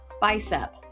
bicep